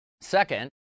Second